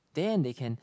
then they can